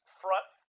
front